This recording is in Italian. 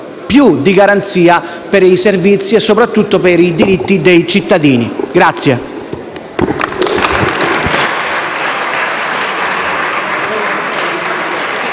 più di garanzia per i servizi e soprattutto per i diritti dei cittadini.